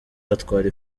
atwara